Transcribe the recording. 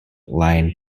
lying